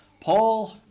Paul